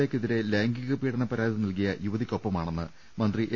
എക്കെ തിരെ ലൈംഗിക പീഡന പരാതി നൽകിയ യുവതിക്കൊപ്പ മാണെന്ന് മന്ത്രി എ